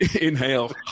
Inhale